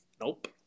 Nope